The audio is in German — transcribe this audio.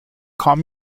kam